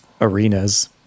arenas